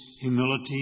humility